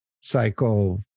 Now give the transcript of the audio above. cycle